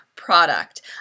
product